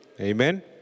Amen